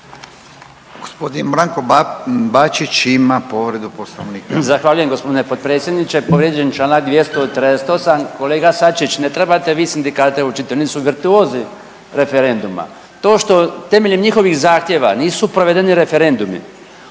Gospodin Branko Bačić ima povredu Poslovnika.